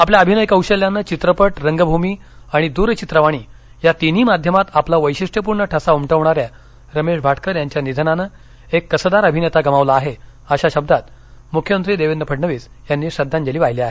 आपल्या अभिनय कौशल्यानं चित्रपट रंगभूमी आणि द्रचित्रवाणी या तिन्ही माध्यमांत आपला वैशिष्ट्यपूर्ण ठसा उमटवणाऱ्या रमेश भाटकर यांच्या निधनानं एक कसदार अभिनेता गमावला आहे अशा शब्दांत मुख्यमंत्री देवेंद्र फडणवीस यांनी श्रद्धांजली वाहिली आहे